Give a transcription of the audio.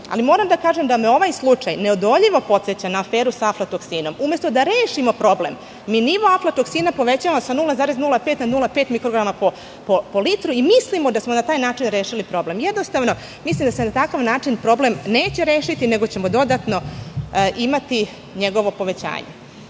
ali moram da kažem da me ovaj slučaj neodoljivo podseća na aferu sa aflatoksinom. Umesto da rešimo problem, mi nivo aflatoksina povećavamo sa 0,05 na 0,5 mikrograma po litru i mislimo da samo na taj način rešili problem. Jednostavno, mislim da se na takav način problem neće rešiti, nego ćemo dodatno imati njegovo povećanje. Dalje,